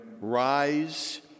rise